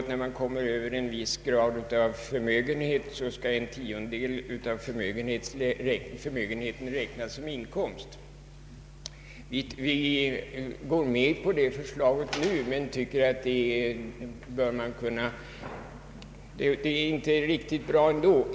När man kommer över en viss förmögenhetsstorlek skall enligt nuvarande bestämmelser en tiondedel av förmögenheten räknas som inkomst. Vi går med på detta förslag nu men anser att det inte är riktigt bra ändå.